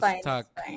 stuck